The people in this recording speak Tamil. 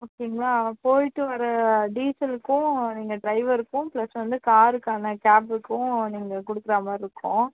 ஓகேங்களா போய்ட்டு வர்ற டீசலுக்கும் நீங்கள் டிரைவருக்கும் ப்ளஸ் வந்து காருக்கான கேபுக்கும் நீங்கள் கொடுக்குறா மாதிரி இருக்கும்